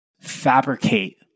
fabricate